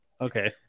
Okay